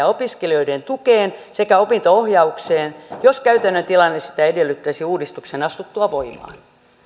opiskelijoiden tukeen sekä opinto ohjaukseen jos käytännön tilanne sitä edellyttäisi uudistuksen astuttua voimaan